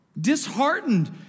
disheartened